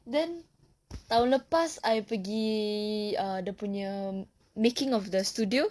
then tahun lepas I pergi err dia punya making of the studio